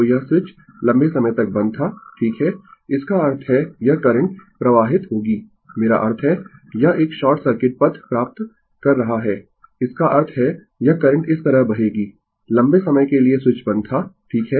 तो यह स्विच लंबे समय तक बंद था ठीक है इसका अर्थ है यह करंट प्रवाहित होगी मेरा अर्थ है यह एक शॉर्ट सर्किट पथ प्राप्त कर रहा है इसका अर्थ है यह करंट इस तरह बहेगी लंबे समय के लिए स्विच बंद था ठीक है